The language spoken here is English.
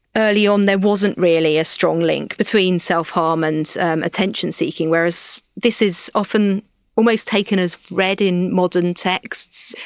early on there wasn't really a strong link between self-harm and attention seeking, whereas this is often almost taken as read in modern texts,